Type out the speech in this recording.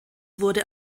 wurde